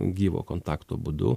gyvo kontakto būdu